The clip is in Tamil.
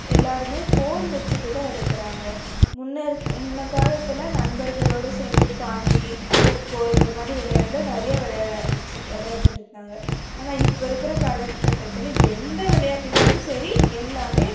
எல்லாருமே ஃபோன் வச்சுட்டுதான் இருக்கிறாங்க முன்ன இருக் முன்ன காலத்தில் நண்பர்களோட சேர்ந்து பாண்டி கொக்கோ இந்த மாதிரி விளையாடலாம் நிறைய விளையாட ஆரம்மிச்சி விளையாடிட்டுருந்தாங்க ஆனால் இப்போ இருக்கிற காலட்கட்டத்தில் எந்த விளையாட்டுனாலும் சரி எல்லாமே